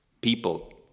people